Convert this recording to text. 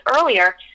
earlier